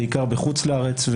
בעיקר בחוץ לארץ,